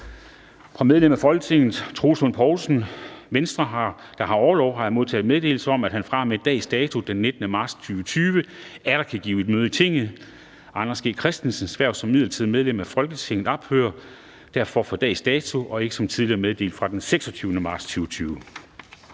Fra medlem af Folketinget Troels Lund Poulsen (V), der har orlov, har jeg modtaget meddelelse om, at han fra og med dags dato, den 19. marts 2020, atter kan give møde i Tinget. Anders G. Christensens hverv som midlertidigt medlem af Folketinget ophører derfor fra dags dato og ikke som tidligere meddelt fra den 26. marts 2020.